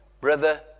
brother